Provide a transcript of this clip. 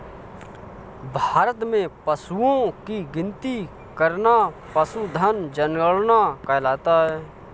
भारत में पशुओं की गिनती करना पशुधन जनगणना कहलाता है